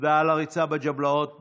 תודה על הריצה בג'בלאות באימונים,